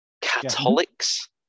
Catholics